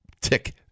tick